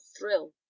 thrill